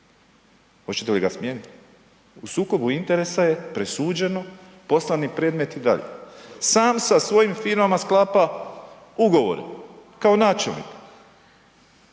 hoćete li ga smijeniti? U sukobu interesa je, presuđeno, poslani predmeti dalje. Sam sa svojim firmama sklapa ugovore kao načelnik.